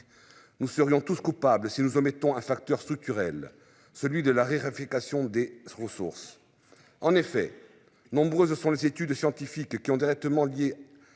Nous serions tous coupables. Si nous en mettons un facteur structurel, celui de la réaffectation des ressources. En effet, nombreuses sont les études scientifiques qui ont directement liées.